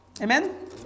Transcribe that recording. amen